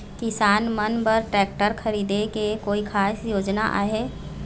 किसान मन बर ट्रैक्टर खरीदे के कोई खास योजना आहे?